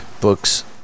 Books